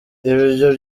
ibyo